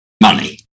money